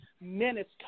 minutes